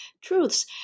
truths